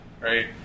right